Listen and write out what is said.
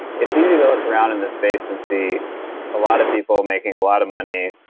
it's easy to look around in the space and see a lot of people making a lot of money,